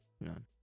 None